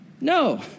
No